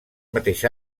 mateix